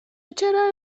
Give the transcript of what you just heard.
چرا